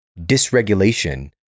dysregulation